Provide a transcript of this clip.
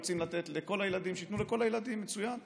רוצים לתת לכל הילדים, שייתנו לכל הילדים, מצוין.